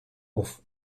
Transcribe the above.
auf